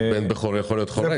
בן בכור יכול להיות גם בן חורג.